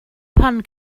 pan